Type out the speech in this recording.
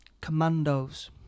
commandos